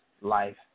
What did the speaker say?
life